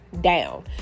down